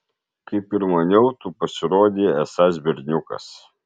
kaip ir maniau tu pasirodei esąs berniukas